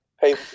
Hey